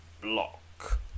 block